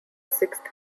sixth